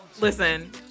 Listen